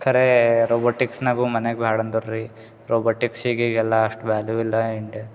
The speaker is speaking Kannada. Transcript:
ಖರೆ ರೊಬೊಟಿಕ್ಸ್ನಾಗು ಮನ್ಯಾಗೆ ಬ್ಯಾಡ ಅಂದುರು ರೀ ರೊಬೊಟಿಕ್ಸ್ ಈಗ ಈಗೀಗೆಲ್ಲ ಅಷ್ಟು ವ್ಯಾಲ್ಯೂ ಇಲ್ಲ ಇಂಡಿಯಾ